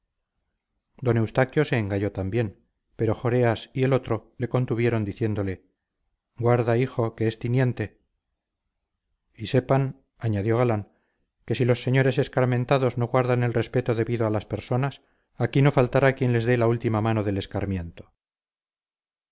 d eustaquio se engalló también pero joreas y el otro le contuvieron diciéndole guarda hijo que es tiniente y sepan añadió galán que si los señores escarmentados no guardan el respeto debido a las personas aquí no faltará quien les dé la última mano del escarmiento